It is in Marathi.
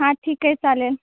हां ठीक आहे चालेल